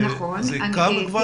זה הוקם כבר?